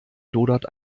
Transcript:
lodert